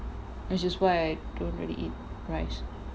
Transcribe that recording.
which is why I don't really eat rice